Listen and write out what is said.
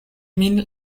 min